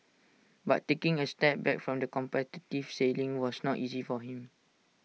but taking A step back from the competitive sailing was not easy for him